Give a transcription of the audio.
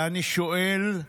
ואני שואל: